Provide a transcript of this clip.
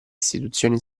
istituzioni